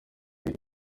giti